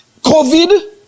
COVID